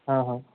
हँ हँ